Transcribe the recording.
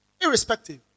Irrespective